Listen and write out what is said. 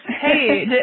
hey